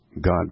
God